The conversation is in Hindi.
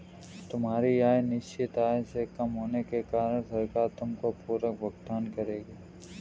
तुम्हारी आय निश्चित आय से कम होने के कारण सरकार तुमको पूरक भुगतान करेगी